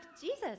Jesus